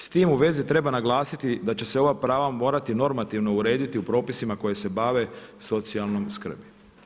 S time u vezi treba naglasiti da će se ova prava morati normativno urediti u propisima koji se bave socijalnom skrbi.